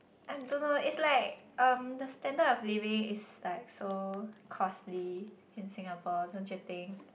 I don't know it's like um the standard of living is like so costly in Singapore don't you think